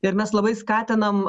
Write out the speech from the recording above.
ir mes labai skatinam